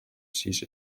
seize